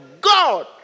God